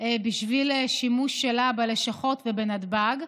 בשביל שימוש שלה בלשכות ובנתב"ג,